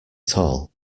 tall